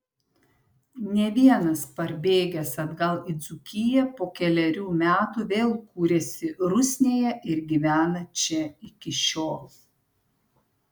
ne vienas parbėgęs atgal į dzūkiją po kelerių metų vėl kūrėsi rusnėje ir gyvena čia iki šiol